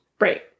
right